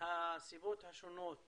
הסיבות השונות